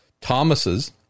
thomas's